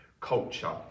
culture